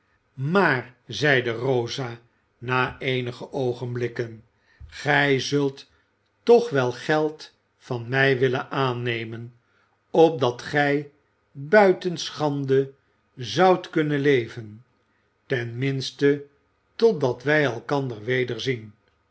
maar zeide rosa nu eenige oogenblikken gij zult toch wel geld van mij willen aannemen opdat gij buiten schande zoudt kunnen leven ten minste totdat wij elkander wederzien